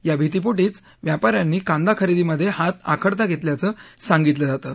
या भीतीपोटीच व्यापा यांनी कांदा खरेदीमधे हात आखडता घेतल्याचं सांगितलं जातं